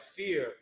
fear